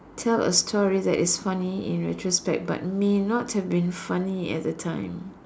tell a story that is funny in retrospect but may not have been funny at the time